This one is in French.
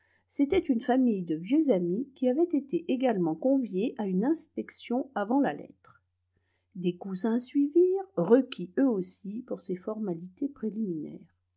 c'était une famille de vieux amis qui avaient été également conviés à une inspection avant la lettre des cousins suivirent requis eux aussi pour ces formalités préliminaires